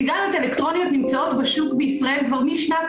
הסיגריות האלקטרוניות נמצאות בשוק בישראל כבר משנת